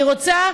אני רוצה